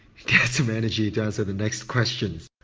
get some energy to answer the next questions.